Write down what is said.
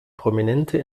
prominente